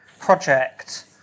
project